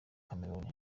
cameroun